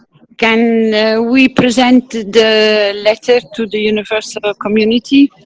can you know we present the letter to the universal community.